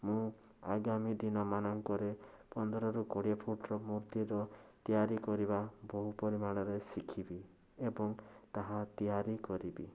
ମୁଁ ଆଗାମୀ ଦିନ ମାନଙ୍କରେ ପନ୍ଦରରୁ କୋଡ଼ିଏ ଫୁଟର ମୂର୍ତ୍ତିର ତିଆରି କରିବା ବହୁ ପରିମାଣରେ ଶିଖିବି ଏବଂ ତାହା ତିଆରି କରିବି